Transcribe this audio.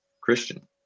Christian